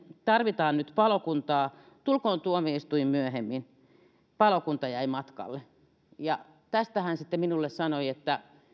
tarvitaan palokuntaa tulkoon tuomioistuin myöhemmin palokunta jäi matkalle tästä hän sitten minulle sanoi että